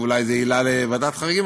ואולי זו עילה לוועדת חריגים,